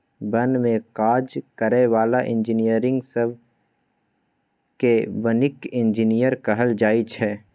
बन में काज करै बला इंजीनियरिंग सब केँ बानिकी इंजीनियर कहल जाइ छै